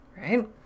right